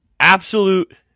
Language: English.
Absolute